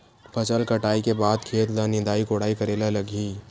फसल कटाई के बाद खेत ल निंदाई कोडाई करेला लगही?